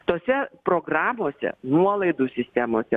tose programose nuolaidų sistemose